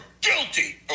guilty